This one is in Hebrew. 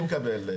אני מקבל.